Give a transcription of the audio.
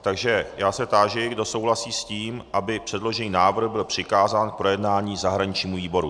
Táži se, kdo souhlasí s tím, aby předložený návrh byl přikázán k projednání zahraničnímu výboru.